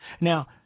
Now